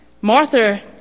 Martha